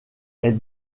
elle